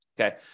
okay